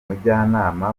umujyanama